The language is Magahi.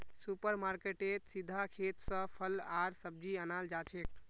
सुपर मार्केटेत सीधा खेत स फल आर सब्जी अनाल जाछेक